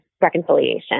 reconciliation